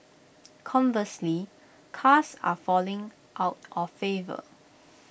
conversely cars are falling out of favour